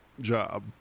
job